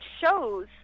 shows